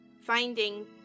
finding